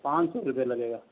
पाँच सौ रुपया लगेगा